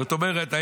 זאת אומרת,